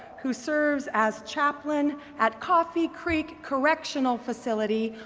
who serves as chaplain at coffee creek correctional facility,